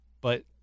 but-